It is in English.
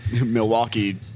Milwaukee